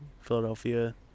Philadelphia